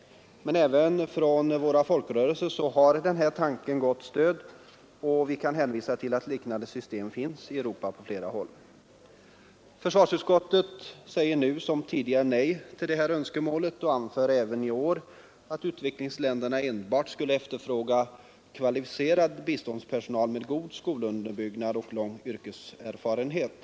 Men denna tanke har ett gott stöd även inom våra folkrörelser, och vi kan hänvisa till att liknande system finns i Europa på flera håll. Försvarsutskottet säger nu liksom tidigare nej till detta önskemål och anför även i år att utvecklingsländerna enbart skulle efterfråga kvalificerad biståndspersonal med god skolunderbyggnad och lång yrkeserfarenhet.